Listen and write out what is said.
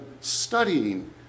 studying